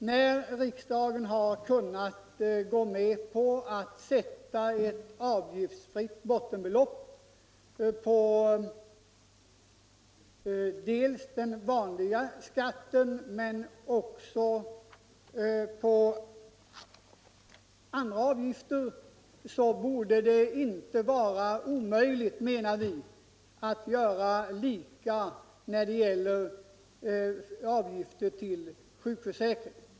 Eftersom riksdagen har kunnat gå med på avgiftsfria bottenbelopp vid beräkning inte bara av den vanliga skatten utan också av andra avgifter borde det inte vara omöjligt, menar vi, att göra på samma sätt för socialförsäkringsavgifterna.